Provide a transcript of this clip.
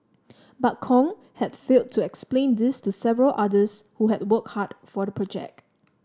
but Kong had failed to explain this to several others who had worked hard for the project